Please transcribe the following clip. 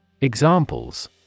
Examples